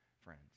friends